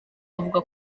avuga